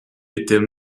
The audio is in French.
étaient